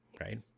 Right